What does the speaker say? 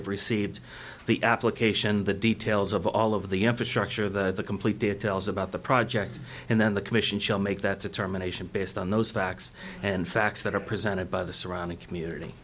have received the application the details of all of the infrastructure of the the complete details about the project and then the commission shall make that determination based on those facts and facts that are presented by the surrounding community